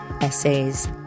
essays